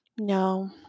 No